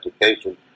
education